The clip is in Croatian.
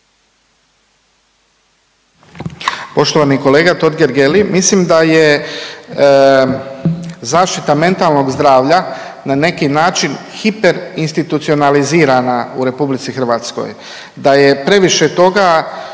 Poštovani kolega Totgergeli, mislim da je zaštita mentalnog zdravlja na neki način hiperinstitucionalizirana u RH, da je previše toga